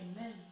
Amen